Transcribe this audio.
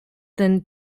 den